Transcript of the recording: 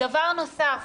דבר נוסף,